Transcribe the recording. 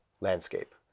landscape